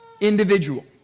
individual